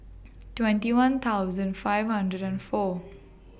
twenty one thousand five hundred and four